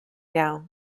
now